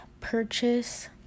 purchase